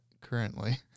currently